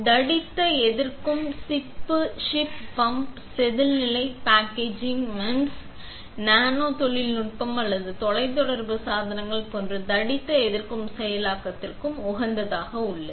தடித்த எதிர்க்கும் சிப்பி சிப் பம்ப் செதில் நிலை பேக்கேஜிங் மெமஸ் நானோ தொழில்நுட்ப அல்லது தொலைத்தொடர்பு சாதனங்கள் போன்ற தடித்த எதிர்க்கும் செயலாக்கத்திற்கு உகந்ததாக உள்ளது